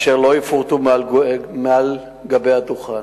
אשר לא יפורטו מעל גבי הדוכן.